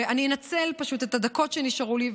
ואני פשוט אנצל את הדקות שנשארו לי,